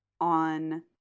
on